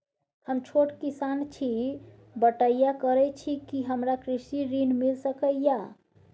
हम छोट किसान छी, बटईया करे छी कि हमरा कृषि ऋण मिल सके या?